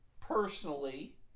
personally